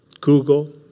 Google